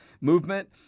movement